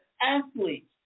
athletes